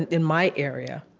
in my area,